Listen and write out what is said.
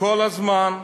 כל הזמן,